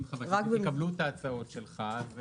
אם חברי כנסת יקבלו את ההצעות שלך,